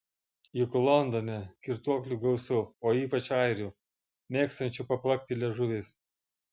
juk londone girtuoklių gausu o ypač airių mėgstančių paplakti liežuviais